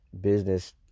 business